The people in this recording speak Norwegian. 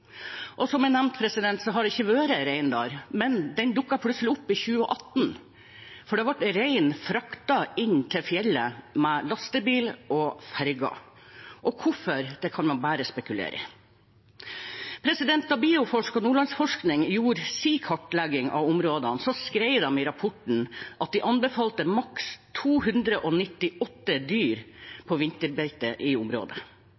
Som jeg nevnte, har det ikke vært rein der, men den dukket plutselig opp i 2018. Da ble rein fraktet inn til fjellet med lastebil og ferge. Hvorfor kan man bare spekulere i. Da Bioforsk og Nordlandsforskning gjorde sin kartlegging av områdene, skrev de i rapporten at de anbefalte maks 298 dyr på vinterbeite i området.